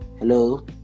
hello